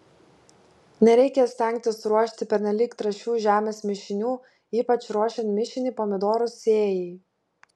nereikia stengtis ruošti pernelyg trąšių žemės mišinių ypač ruošiant mišinį pomidorų sėjai